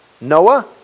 Noah